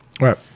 Right